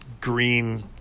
green